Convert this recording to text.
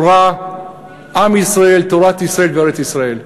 עם ישראל, תורת ישראל וארץ-ישראל.